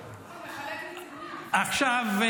עכשיו,